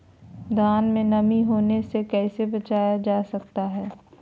धान में नमी होने से कैसे बचाया जा सकता है?